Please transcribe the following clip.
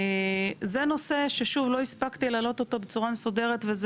זה נושא, ששוב לא הספקתי לעלות אותו בצורה מסודרת.